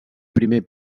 primer